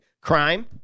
Crime